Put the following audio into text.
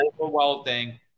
overwhelming